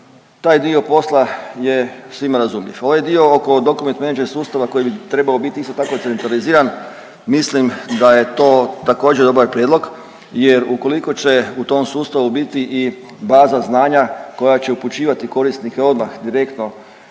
taj dio posla je svima razumljiv. Ovaj dio oko Document Management Sustava koji bi trebao biti isto tako centraliziran mislim da je to također dobar prijedlog jer ukoliko će u tom sustavu biti i baza znanja koja će upućivati korisnike odmah direktno